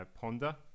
ponder